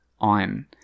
on